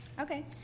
Okay